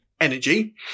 energy